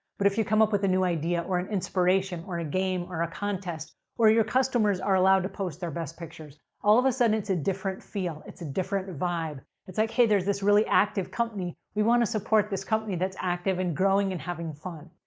but if you come up with a new idea, or an inspiration, or a game, or a contest, or your customers are allowed to post their best pictures, all of a sudden, it's a different feel. it's a different vibe. it's like, hey, there's this really active company. we want to support this company that's active, and growing, and having fun.